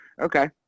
Okay